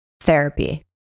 therapy